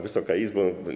Wysoka Izbo!